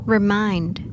Remind